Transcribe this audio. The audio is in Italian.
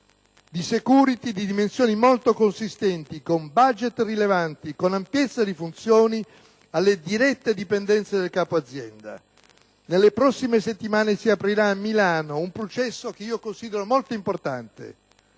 di *security* di dimensioni molto consistenti, con *budget* rilevanti, con ampiezza di funzioni, alle dirette dipendenze del capo azienda. Nelle prossime settimane si aprirà a Milano un processo che considero molto importante,